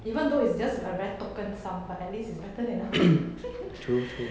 even though it's just a very token sum but at least it is better than nothing